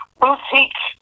boutique